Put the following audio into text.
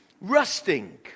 rusting